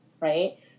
right